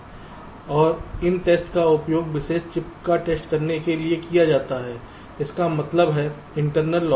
और INTEST का उपयोग विशेष चिप का टेस्ट करने के लिए किया जाता है इसका मतलब है इंटरनल लॉजिक